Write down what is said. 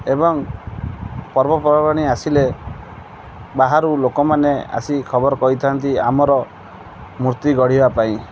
ଏବଂ ପର୍ବପର୍ବାଣୀ ଆସିଲେ ବାହାରୁ ଲୋକମାନେ ଆସି ଖବର କହିଥାନ୍ତି ଆମର ମୂର୍ତ୍ତି ଗଢ଼ିବା ପାଇଁ